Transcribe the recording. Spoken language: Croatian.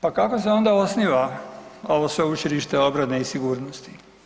Pa kako se onda osniva ovo Sveučilište obrane i sigurnosti?